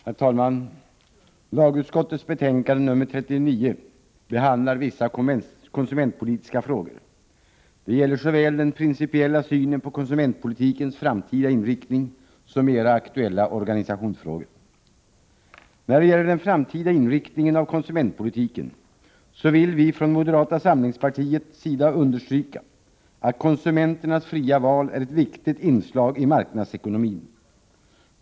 Herr talman! Lagutskottets betänkande nr 39 behandlar vissa konsumentpolitiska frågor. Det gäller såväl den principiella synen på konsumentpolitikens framtida inriktning som mera aktuella organisationsfrågor. När det gäller den framtida inriktningen av konsumentpolitiken vill vi från moderata samlingspartiet understryka att konsumenternas fria val är ett viktigt inslag i marknadsekonomin.